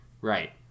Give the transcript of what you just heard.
Right